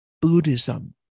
Buddhism